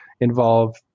involve